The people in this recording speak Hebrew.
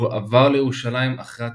הוא עבר לירושלים אחרי התיכון,